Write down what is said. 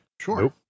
Sure